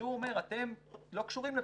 כשהוא אומר: אתם לא קשורים לפה,